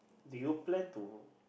do you plan to